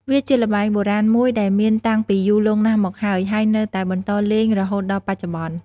វាជាល្បែងបុរាណមួយដែលមានតាំងពីយូរលង់ណាស់មកហើយ ហើយនៅតែបន្តលេងរហូតដល់បច្ចុប្បន្ន ។